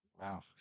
Wow